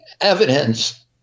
evidence